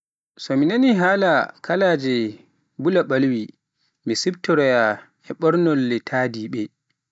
So mi nani haala kaalaje bula balwi, mi siftoraya e ɓornele tadiɓe.